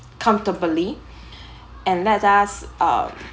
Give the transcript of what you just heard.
comfortably and let us uh